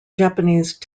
japanese